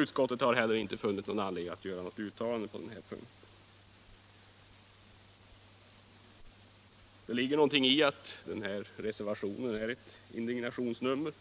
Utskottet har inte heller funnit någon anledning att göra ett uttalande på denna punkt. Reservationen är ett indignationsnummer — indignation